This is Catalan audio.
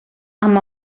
amb